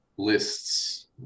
lists